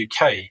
UK